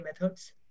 methods